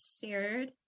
shared